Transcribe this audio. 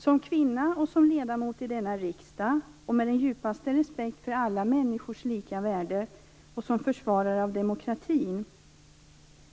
Som kvinna och ledamot av denna riksdag och med den djupaste respekt för alla människors lika värde samt som försvarare av demokratin